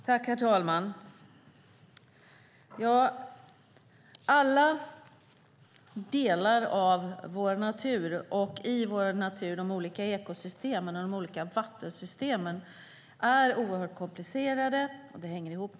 Herr talman! Alla delar av vår natur och de olika ekosystemen och vattensystemen är oerhört komplicerade, och allt hänger ihop.